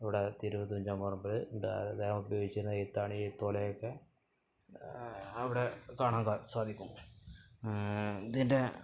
ഇവിടെ തിരൂര് തുഞ്ചന് പറമ്പിൽ ഉണ്ട് അത് അദ്ദേഹം ഉപയോഗിച്ചിരുന്ന എഴുത്താണി എഴുത്തോലയൊക്കെ അവിടെ കാണാന് ക സാധിക്കും ഇതിന്റെ